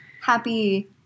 Happy